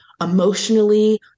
emotionally